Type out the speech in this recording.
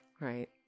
right